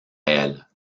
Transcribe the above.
elle